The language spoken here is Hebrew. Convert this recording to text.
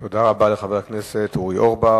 תודה רבה לחבר הכנסת אורי אורבך.